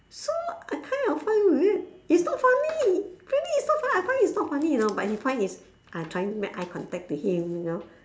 so I kinda find rea~ it's not funny really it's not funny I find it's not funny you know but he find it's I trying to make eye contact to him you know